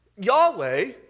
Yahweh